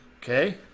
Okay